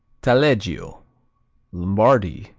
taleggio lombardy,